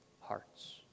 hearts